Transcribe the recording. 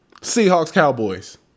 Seahawks-Cowboys